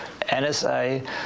NSA